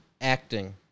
acting